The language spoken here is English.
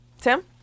Tim